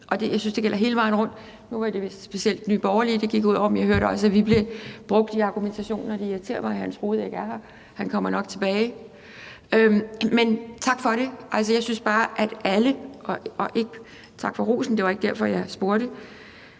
og jeg synes, det gælder hele vejen rundt. Nu var det vist specielt Nye Borgerlige, det gik ud over, men jeg hørte også, at vi blev brugt i argumentationen. Det irriterer mig, at hr. Jens Rohde ikke er her – han kommer nok tilbage. Men tak for rosen; det var ikke derfor, jeg spurgte,